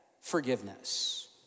forgiveness